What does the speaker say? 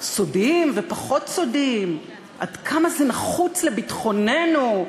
סודיים ופחות סודיים, עד כמה זה נחוץ לביטחוננו.